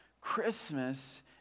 Christmas